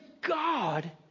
God